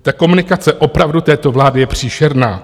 Ta komunikace opravdu této vlády je příšerná.